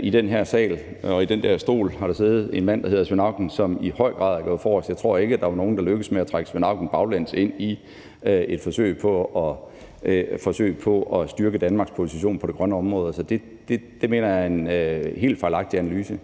I den her sal og i den der stol har der siddet en mand, der hed Svend Auken, som i høj grad er gået forrest. Jeg tror ikke, at der var nogen, der lykkedes med at trække Svend Auken baglæns ind i et forsøg på at styrke Danmarks position på det grønne område. Så det mener jeg er en helt fejlagtig analyse.